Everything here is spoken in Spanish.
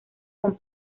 con